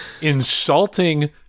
insulting